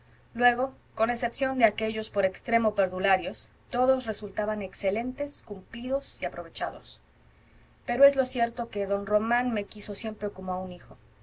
luego con excepción de aquellos por extremo perdularios todos resultaban excelentes cumplidos aprovechados pero es lo cierto que don román me quiso siempre como a un hijo